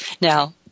Now